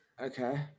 Okay